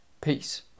Peace